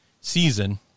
season